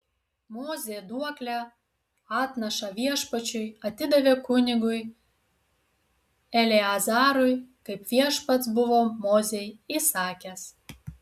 mozė duoklę atnašą viešpačiui atidavė kunigui eleazarui kaip viešpats buvo mozei įsakęs